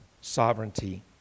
sovereignty